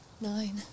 nine